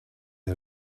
how